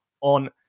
on